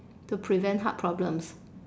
to prevent heart problems